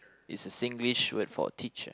it's a Singlish word for teacher